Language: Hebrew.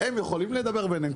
הם יכולים לדבר ביניהם?